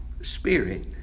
spirit